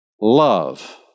love